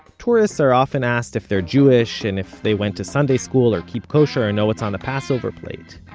tourists are often asked if they're jewish, and if they went to sunday school, or keep kosher, or know what's on the passover plate.